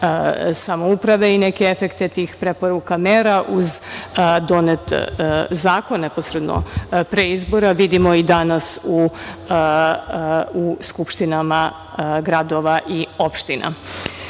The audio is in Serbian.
samouprave. Neke efekte tih preporuka mera uz donet zakon neposredno pre izbora vidimo i danas u skupštinama gradova i opština. Nakon